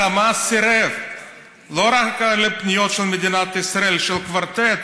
חמאס סירב לא רק לפניות של מדינת ישראל של הקוורטט,